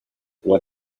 what